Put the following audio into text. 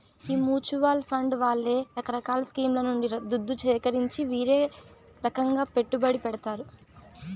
ఈ mutual fund వాళ్లే రకరకాల స్కీంల నుండి దుద్దు సీకరించి వీరే రకంగా పెట్టుబడి పెడతారు